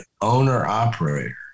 owner-operator